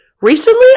Recently